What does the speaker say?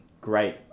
Great